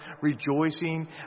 rejoicing